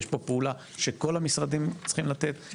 כי יש פה פעולה שכל המשרדים צריכים לתת בה חלק.